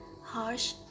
harsh